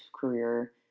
career